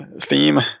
theme